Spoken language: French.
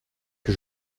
que